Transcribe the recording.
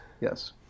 Yes